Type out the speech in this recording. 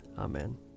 Amen